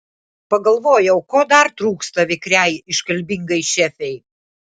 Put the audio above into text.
pagalvojau ko dar trūksta vikriai iškalbingai šefei